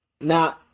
now